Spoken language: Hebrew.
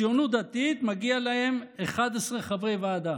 הציונות הדתית, מגיעים להם 11 חברי ועדה.